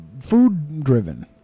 food-driven